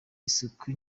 isuku